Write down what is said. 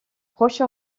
proche